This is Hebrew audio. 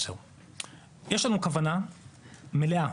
יש לנו כוונה מלאה